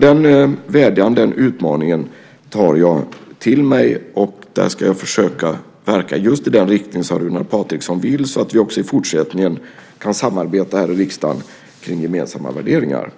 Den vädjan, den utmaningen, tar jag alltså till mig, och jag ska försöka verka i just den riktning som Runar Patriksson vill så att vi också i fortsättningen kan samarbeta i riksdagen kring gemensamma värderingar.